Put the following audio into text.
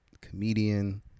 comedian